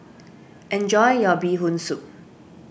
enjoy your Bee Hoon Soup